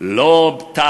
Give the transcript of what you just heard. לא על חשמל,